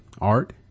art